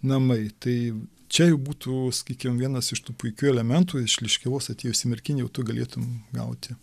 namai tai čia jau būtų sakykim vienas iš tų puikių elementų iš liškiavos atėjus į merkinę jau tu galėtum gauti